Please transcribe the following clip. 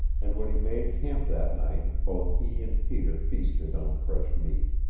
and when he made camp that night both he and peter feasted on fresh meat.